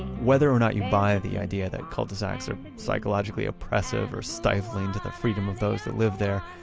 whether or not you buy the idea that cul-de-sacs are psychologically oppressive or stifling to the freedom of those that live there,